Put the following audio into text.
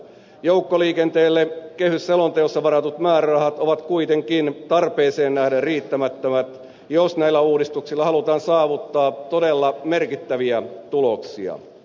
joukkoliikenteelle kehysselonteossa varatut määrärahat ovat kuitenkin tarpeeseen nähden riittämättömät jos näillä uudistuksilla halutaan saavuttaa todella merkittäviä tuloksia